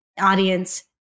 audience